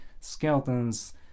skeletons